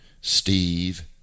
steve